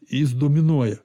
jis dominuoja